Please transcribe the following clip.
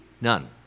None